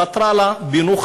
סטרה לה פעמיים,